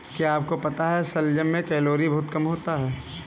क्या आपको पता है शलजम में कैलोरी बहुत कम होता है?